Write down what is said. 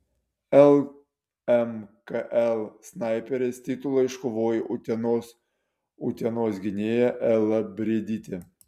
lmkl snaiperės titulą iškovojo utenos utenos gynėja ela briedytė